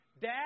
Dad